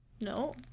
No